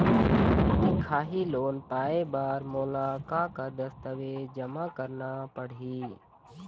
दिखाही लोन पाए बर मोला का का दस्तावेज जमा करना पड़ही?